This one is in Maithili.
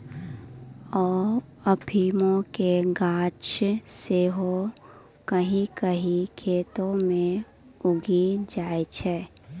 अफीमो के गाछ सेहो कहियो कहियो खेतो मे उगी जाय छै